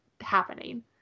happening